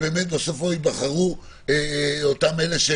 כך שבסופו ייבחרו אותם אלה?